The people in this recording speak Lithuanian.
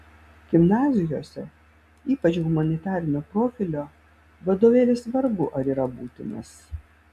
gimnazijose ypač humanitarinio profilio vadovėlis vargu ar yra būtinas